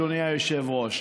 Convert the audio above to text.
אדוני היושב-ראש.